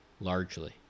largely